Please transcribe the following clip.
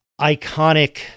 iconic